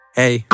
hey